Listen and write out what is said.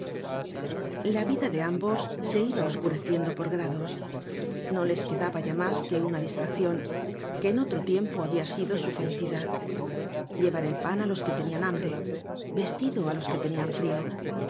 la vida de ambos se iba oscureciendo por grados no les quedaba ya mas que una distraccion que en olro tiempo habia sido su felicidad llevar pan á los que tenian hambre vestido á los que tenían frio